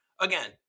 again